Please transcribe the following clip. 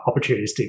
opportunistic